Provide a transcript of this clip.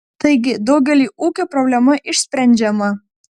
taigi daugeliui ūkių problema išsprendžiama